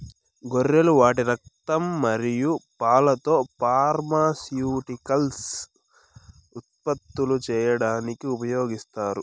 గొర్రెలు వాటి రక్తం మరియు పాలతో ఫార్మాస్యూటికల్స్ ఉత్పత్తులు చేయడానికి ఉపయోగిస్తారు